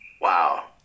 Wow